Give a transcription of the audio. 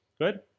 good